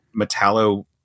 metallo